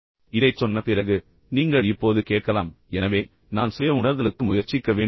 இதைச் சொன்ன பிறகு நீங்கள் இப்போது கேட்கலாம் எனவே நான் சுய உணர்தலுக்கு முயற்சிக்க வேண்டுமா